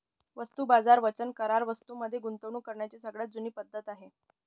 वस्तू बाजार वचन करार वस्तूं मध्ये गुंतवणूक करण्याची सगळ्यात जुनी पद्धत आहे